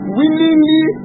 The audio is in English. willingly